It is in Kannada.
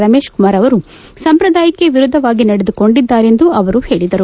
ರಮೇಶಕುಮಾರ್ ಅವರು ಸಂಪ್ರದಾಯಕ್ಕೆ ವಿರುದ್ದವಾಗಿ ನಡೆದುಕೊಂಡಿದ್ದಾರೆ ಎಂದು ಅವರು ಹೇಳಿದರು